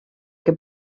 que